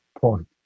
point